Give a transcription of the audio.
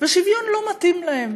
ושוויון לא מתאים להם,